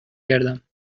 گردم